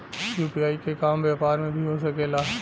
UPI के काम व्यापार में भी हो सके ला?